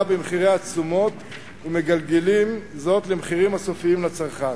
במחירי התשומות ומגלגלים זאת למחירים הסופיים לצרכן.